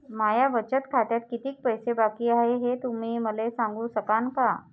माया बचत खात्यात कितीक पैसे बाकी हाय, हे तुम्ही मले सांगू सकानं का?